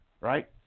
right